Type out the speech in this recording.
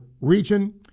region